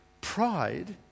Pride